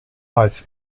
als